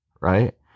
right